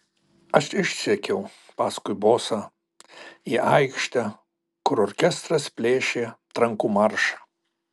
aš išsekiau paskui bosą į aikštę kur orkestras plėšė trankų maršą